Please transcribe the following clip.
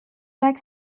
عکس